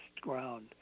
ground